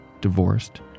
divorced